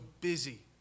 busy